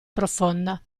profonda